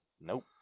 Nope